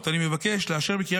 כדי להגן על מקום עבודתם.